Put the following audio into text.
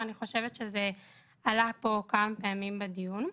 אני חושבת שזה עלה פה כמה פעמים בדיון.